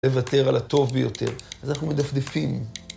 לוותר על הטוב ביותר, אז אנחנו מדפדפים.